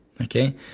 Okay